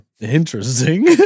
Interesting